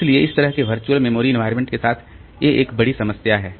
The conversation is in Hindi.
इसलिए इस तरह के वर्चुअल मेमोरी इन्वायरमेंट के साथ ए एक बड़ी समस्या है